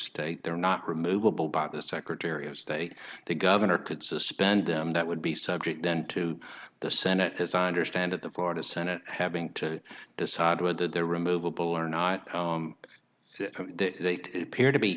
state they're not removable by the secretary of state the governor could suspend them that would be subject then to the senate as i understand it the florida senate having to decide whether the removable or not appear to be